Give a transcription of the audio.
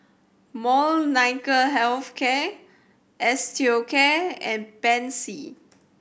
Molnylcke Health Care Osteocare and Pansy